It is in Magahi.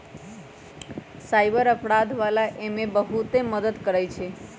साइबर अपराध वाला एमे बहुते मदद करई छई